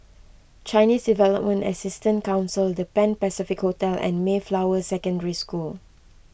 Chinese Development Assistance Council the Pan Pacific Hotel and Mayflower Secondary School